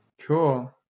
Cool